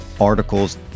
articles